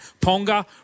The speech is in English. Ponga